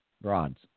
broads